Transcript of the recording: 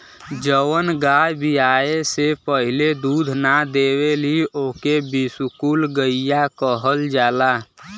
जवन गाय बियाये से पहिले दूध ना देवेली ओके बिसुकुल गईया कहल जाला